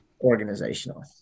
organizational